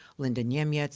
linda niemiec, but